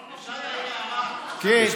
בבקשה חבר הכנסת מיקי לוי, בבקשה.